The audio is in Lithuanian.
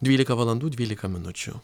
dvylika valandų dvylika minučių